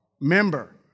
Member